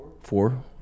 Four